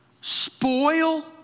Spoil